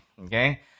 Okay